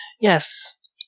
Yes